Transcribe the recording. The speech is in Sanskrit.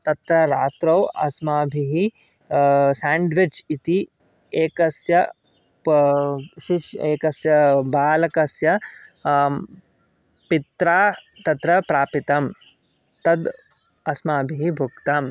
तत्र रात्रौ अस्माभिः सेण्डविच् इति एकस्य एकस्य बालकस्य पित्रा तत्र प्रापितम् तत् अस्माभिः भुक्तम्